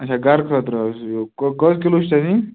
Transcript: اچھا گَرٕ خٲطرٕ حظ کٔژ کِلوٗ چھِ تۄہہِ نِنۍ